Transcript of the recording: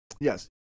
yes